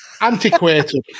antiquated